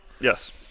Yes